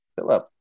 Philip